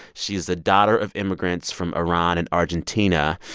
she's the daughter of immigrants from iran and argentina.